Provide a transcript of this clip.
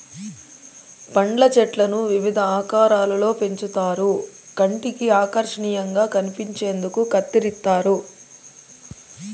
పండ్ల చెట్లను వివిధ ఆకారాలలో పెంచుతారు కంటికి ఆకర్శనీయంగా కనిపించేందుకు కత్తిరిస్తారు